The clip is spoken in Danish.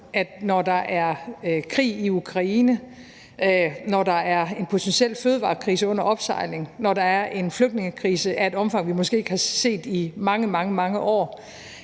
at når der er krig i Ukraine, når der er en potentiel fødevarekrise under opsejling, når der er en flygtningekrise af et omfang, vi måske ikke har set i mange, mange år,